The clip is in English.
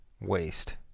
Waste